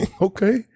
okay